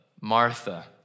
Martha